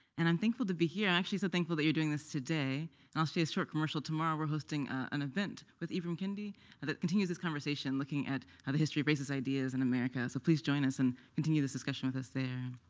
and i'm thankful to be here, actually so thankful that you're doing this today, and i'll say a short commercial. tomorrow we're hosting an event with ibram kendi and that continues this conversation, looking at how the history raises ideas in america. so please join us and continue this discussion with us there.